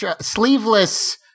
Sleeveless